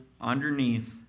underneath